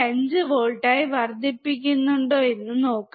5 വോൾട്ടായി വർദ്ധിപ്പിക്കുന്നുണ്ടോ എന്ന് നോക്കാം